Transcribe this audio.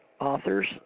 authors